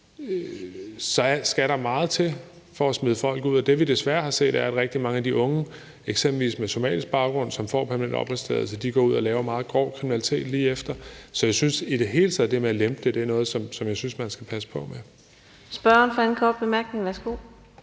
så skal meget til for at smide folk ud, og der har vi desværre set, at rigtig mange af de unge, eksempelvis med somalisk baggrund, som får permanent opholdstilladelse, går ud og laver meget grov kriminalitet lige bagefter. Så jeg synes i det hele taget, at det med at lempe det er noget, man skal passe på med.